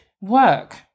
work